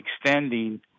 extending